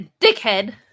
dickhead